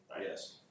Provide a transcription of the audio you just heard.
Yes